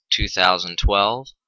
2012